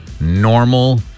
normal